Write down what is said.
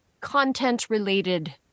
content-related